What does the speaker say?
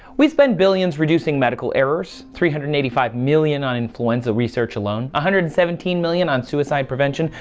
we spend billions reducing medical errors three hundred and eighty five million on influence of research alone, one ah hundred and seventeen million on suicide prevention,